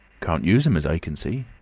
can't use em as i can see.